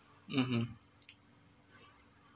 (uh huh)